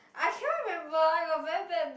I cannot remember I got very bad